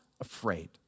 afraid